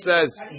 says